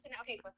Okay